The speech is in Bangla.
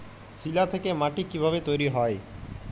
শিলা থেকে মাটি কিভাবে তৈরী হয়?